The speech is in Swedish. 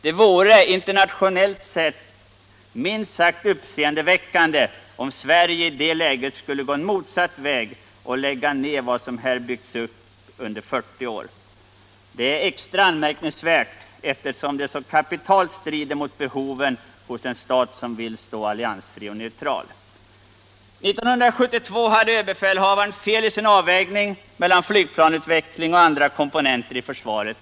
Det vore internationellt sett minst sagt uppseendeväckande, om Sverige i det läget skulle gå en motsatt väg och lägga ned vad som här byggts upp under 40 år. Det är extra anmärkningsvärt, eftersom det så fullständigt strider mot behoven hos en stat som vill stå alliansfri och neutral. 1972 hade, enligt min mening, ÖB fel i sin avvägning mellan utveckling av flygplan och andra komponenter i försvaret.